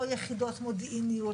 לא יחידות מודיעיניות,